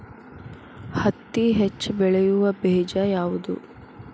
ಹತ್ತಿ ಹೆಚ್ಚ ಬೆಳೆಯುವ ಬೇಜ ಯಾವುದು?